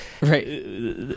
right